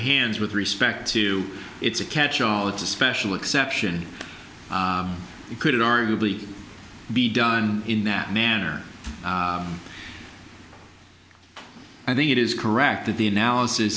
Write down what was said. hands with respect to it's a catchall it's a special exception it could arguably be done in that manner i think it is correct that the analysis